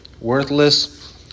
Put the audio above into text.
worthless